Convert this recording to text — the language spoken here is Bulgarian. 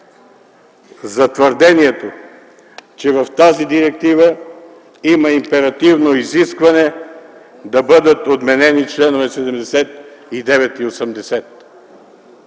за твърдението, че в тази директива има императивно изискване да бъдат отменени членове 79 и 80.